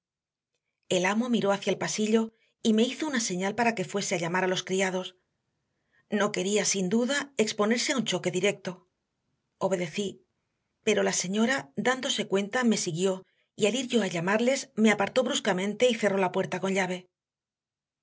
el amo miró hacia el pasillo y me hizo una señal para que fuese a llamar a los criados no quería sin duda exponerse a un choque directo obedecí pero la señora dándose cuenta me siguió y al ir yo a llamarles me apartó bruscamente y cerró la puerta con llave